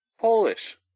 Polish